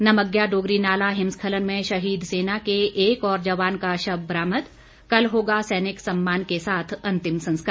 नमग्या डोगरी नाला हिमस्खलन में शहीद सेना के एक और जवान का शव बरामद कल होगा सैनिक सम्मान के साथ अंतिम संस्कार